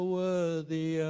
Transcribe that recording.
worthy